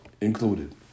included